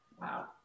Wow